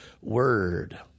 word